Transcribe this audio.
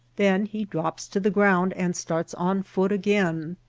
then he drops to the ground and starts on foot again.